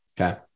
Okay